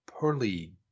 pearly